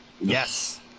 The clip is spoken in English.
Yes